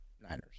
Niners